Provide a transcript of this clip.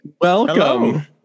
Welcome